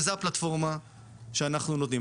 וזו הפלטפורמה שאנחנו נותנים.